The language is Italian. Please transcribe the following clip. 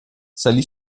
salì